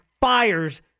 fires